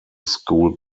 school